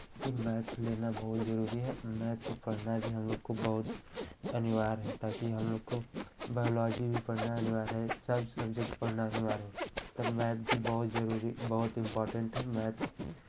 कि मैथ लेना बहुत जरूरी है मैथ से पढ़ना भी हम लोगों को बहुत अनिवार्य है ताकि हम लोगों को बायलॉजी भी पढ़ना अनिवार्य है सब सबज़ेक्ट पढ़ना अनिवार्य है पर मैथ भी बहुत जरूरी बहुत इम्पोर्टेंट है मैथ